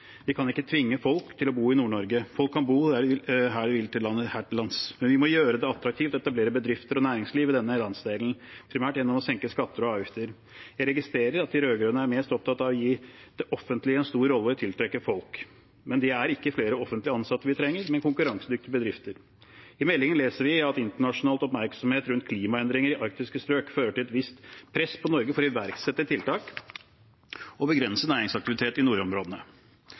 Vi kan ikke tvinge folk til å bo i Nord-Norge, folk kan bo hvor de vil her til lands, men vi må gjøre det attraktivt å etablere bedrifter og næringsliv i denne landsdelen, primært gjennom å senke skatter og avgifter. Jeg registrerer at de rød-grønne er mest opptatt av å gi det offentlige en stor rolle i å tiltrekke folk, men det er konkurransedyktige bedrifter vi trenger, ikke flere offentlig ansatte. I meldingen leser vi at internasjonal oppmerksomhet rundt klimaendringer i arktiske strøk fører til et visst press på Norge for å iverksette tiltak og begrense næringsaktivitet i nordområdene.